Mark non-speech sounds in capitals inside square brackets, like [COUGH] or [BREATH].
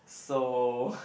so [BREATH]